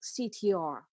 CTR